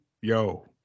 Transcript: yo